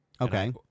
Okay